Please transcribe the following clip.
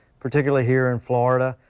particularly here in florida.